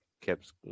kept